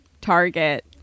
Target